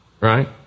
Right